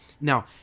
Now